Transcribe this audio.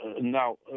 Now